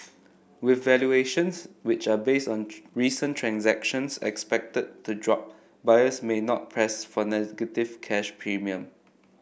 with valuations which are based on recent transactions expected to drop buyers may not press for negative cash premium